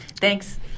thanks